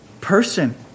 person